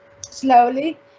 slowly